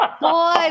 Boy